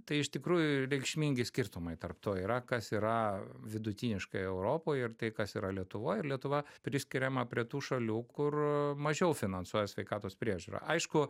tai iš tikrųjų reikšmingi skirtumai tarp to yra kas yra vidutiniškai europoj ir tai kas yra lietuvoj ir lietuva priskiriama prie tų šalių kur mažiau finansuoja sveikatos priežiūrą aišku